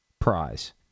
prize